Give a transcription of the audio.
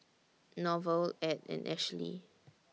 Norval Ed and Ashlie